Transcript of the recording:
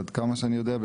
עד כמה שאני יודע,